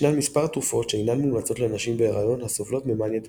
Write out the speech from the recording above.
ישנן מספר תרופות שאינן מומלצות לנשים בהיריון הסובלות ממאניה דפרסיה.